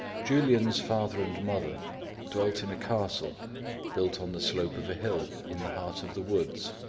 julian's father and mother dwelt in a castle built on the slope of a hill, in the heart of the woods.